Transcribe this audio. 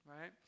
right